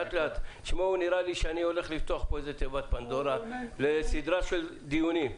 נראה לי שאני הולך לפתוח פה איזה תיבת פנדורה לסדרה של דיונים.